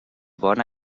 bona